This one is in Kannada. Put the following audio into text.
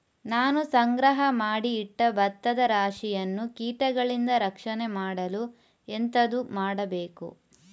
ನಾನು ಸಂಗ್ರಹ ಮಾಡಿ ಇಟ್ಟ ಭತ್ತದ ರಾಶಿಯನ್ನು ಕೀಟಗಳಿಂದ ರಕ್ಷಣೆ ಮಾಡಲು ಎಂತದು ಮಾಡಬೇಕು?